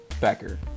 Becker